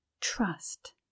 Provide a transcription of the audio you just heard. Trust